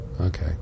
okay